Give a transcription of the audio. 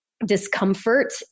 discomfort